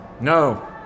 No